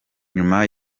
nyuma